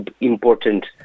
important